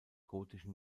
gotischen